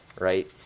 right